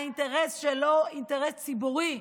אינטרס שהוא לא אינטרס ציבורי,